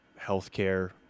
healthcare